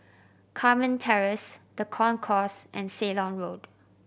Carmen Terrace The Concourse and Ceylon Road